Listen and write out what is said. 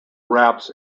wraps